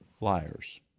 liars